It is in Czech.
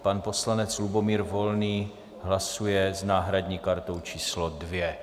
Pan poslanec Lubomír Volný hlasuje s náhradní kartou číslo 2.